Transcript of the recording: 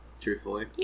truthfully